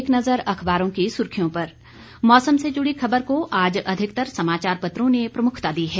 अब एक नजर अखबारों की सुर्खियों पर मौसम से जुड़ी खबर को आज अधिकतर समाचार पत्रों ने प्रमुखता दी है